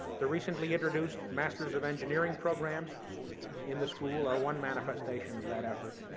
the recently introduced masters of engineering programs in the school are one manifestation of that effort,